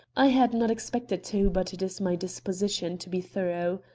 i had not expected to, but it is my disposition to be thorough.